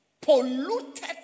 Polluted